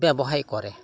ব্যৱসায় কৰে